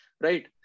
Right